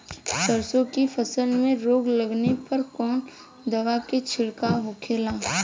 सरसों की फसल में रोग लगने पर कौन दवा के छिड़काव होखेला?